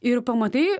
ir pamatai